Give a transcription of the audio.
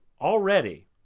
already